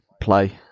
play